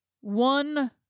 one